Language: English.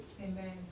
Amen